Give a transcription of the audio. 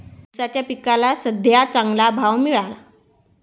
ऊसाच्या पिकाला सद्ध्या चांगला भाव मिळाला